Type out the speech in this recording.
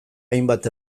hainbat